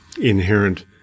inherent